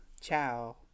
Ciao